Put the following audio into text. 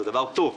זה דבר טוב.